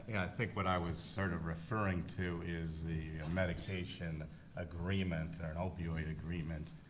i think what i was sort of referring to is the medication agreement, or an opioid agreement,